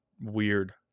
weird